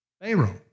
Pharaoh